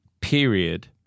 period